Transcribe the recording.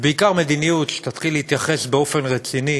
ובעיקר מדיניות שתתחיל להתייחס באופן רציני